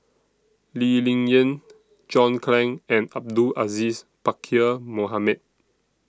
Lee Ling Yen John Clang and Abdul Aziz Pakkeer Mohamed